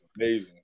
amazing